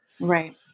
Right